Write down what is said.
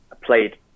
played